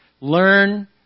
learn